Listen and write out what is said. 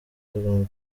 kagame